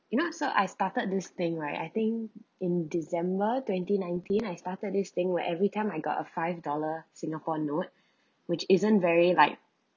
you know so I started this thing right I think in december twenty nineteen I started this thing where every time I got a five dollar singapore note which isn't very like